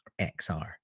XR